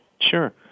Sure